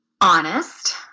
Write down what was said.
honest